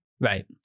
Right